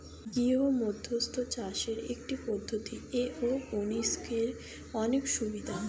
গৃহমধ্যস্থ চাষের একটি পদ্ধতি, এরওপনিক্সের অনেক সুবিধা